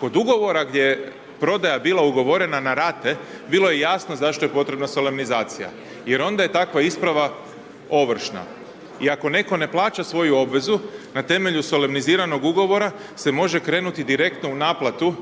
Kod Ugovora gdje je prodaja bila ugovorena na rate, bilo je jasno zašto je bila potrebna solemnizacija jer onda je takva isprava ovršna. I ako netko ne plaća svoju obvezu, na temelju solemniziranog Ugovora se može krenuti direktno u naplatu